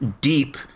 deep